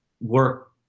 work